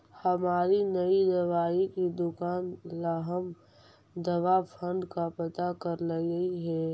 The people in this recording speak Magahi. हमारी नई दवाई की दुकान ला हम दवा फण्ड का पता करलियई हे